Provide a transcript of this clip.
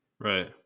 Right